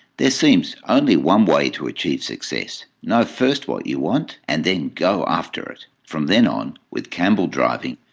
there seems only one way to achieve success know first what you want and then go after it. from then on, with campbell driving,